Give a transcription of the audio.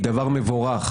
היא דבר מבורך,